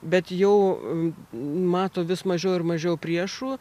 bet jau mato vis mažiau ir mažiau priešų